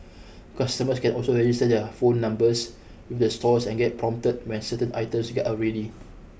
customers can also register their phone numbers with the stores and get prompted when certain items are ready